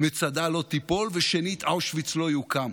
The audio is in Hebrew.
מצדה לא תיפול ושנית אושוויץ לא יוקם.